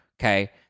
Okay